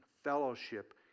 fellowship